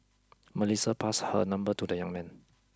Melissa passed her number to the young man